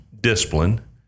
discipline